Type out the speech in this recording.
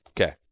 Okay